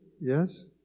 Yes